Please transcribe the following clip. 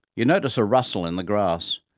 you notice a rustle in the grass.